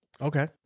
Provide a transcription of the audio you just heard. Okay